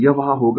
यह वहाँ होगा